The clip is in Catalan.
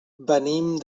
venim